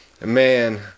man